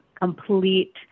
complete